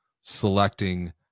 selecting